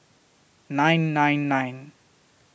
nine nine nine